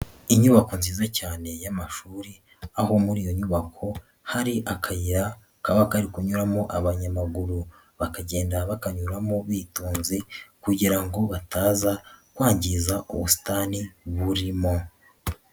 Inyubako nziza cyane y'amashuri aho muri iyo nyubako hari akayira kaba kari kunyuramo abanyamaguru bakagenda bakanyuramo bitonze kugira ngo bataza kwangiza ubusitani burimo.